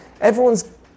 Everyone's